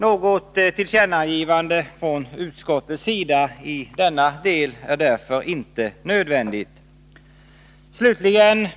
Något tillkännagivande från utskottets sida i denna del är därför inte nödvändigt.